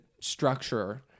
structure